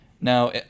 now